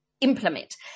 implement